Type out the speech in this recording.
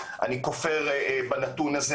אני כופר בנתון הזה,